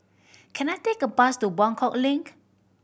can I take a bus to Buangkok Link